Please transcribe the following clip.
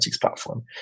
platform